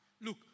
Look